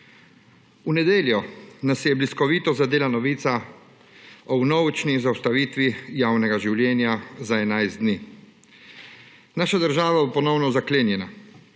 V nedeljo nas je bliskovito zadela novica o vnovični zaustavitvi javnega življenja za enajst dni. Naša država bo ponovno zaklenjena.